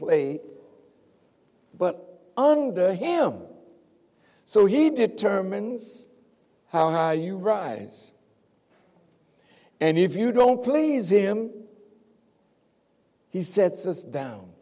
play but under him so he determines how high you rise and if you don't please him he sets us down